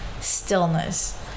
stillness